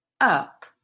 up